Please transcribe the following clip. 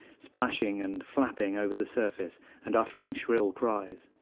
splashing and flapping over the surface and uttering shrill cries.